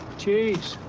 cheese.